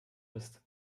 ist